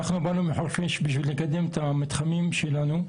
אנחנו באנו מחורפיש בשביל לקדם את המתחמים שלנו.